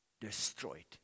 destroyed